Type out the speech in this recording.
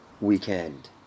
weekend